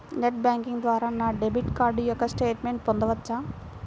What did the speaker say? Net banking ద్వారా నా debit card యొక్క స్టేట్మెంట్ పొందవచ్చా?